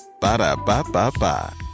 Ba-da-ba-ba-ba